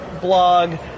blog